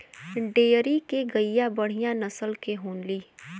dairy के गईया बढ़िया नसल के होली